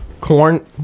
Corn